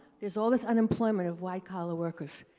there's always unemployment of white-collar workers.